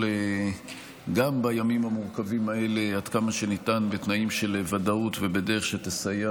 גם בימים המורכבים האלה עד כמה שניתן בתנאים של ודאות ובדרך שתסייע